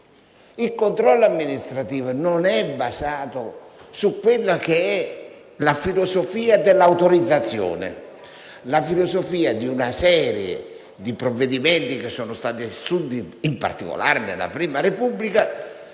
Il controllo amministrativo non è basato sulla filosofia dell'autorizzazione; la filosofia di una serie di provvedimenti, assunti in particolare nella prima Repubblica,